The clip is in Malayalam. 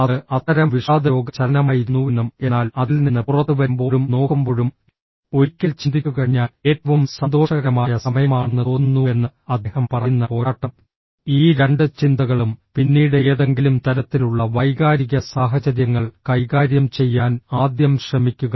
അത് അത്തരം വിഷാദരോഗ ചലനമായിരുന്നുവെന്നും എന്നാൽ അതിൽ നിന്ന് പുറത്തുവരുമ്പോഴും നോക്കുമ്പോഴും ഒരിക്കൽ ചിന്തിച്ചുകഴിഞ്ഞാൽ ഏറ്റവും സന്തോഷകരമായ സമയമാണെന്ന് തോന്നുന്നുവെന്ന് അദ്ദേഹം പറയുന്ന പോരാട്ടം ഈ രണ്ട് ചിന്തകളും പിന്നീട് ഏതെങ്കിലും തരത്തിലുള്ള വൈകാരിക സാഹചര്യങ്ങൾ കൈകാര്യം ചെയ്യാൻ ആദ്യം ശ്രമിക്കുക